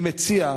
אני מציע,